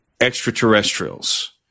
extraterrestrials